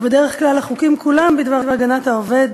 ובדרך כלל החוקים כולם בדבר הגנת העובד,